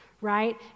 right